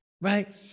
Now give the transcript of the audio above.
right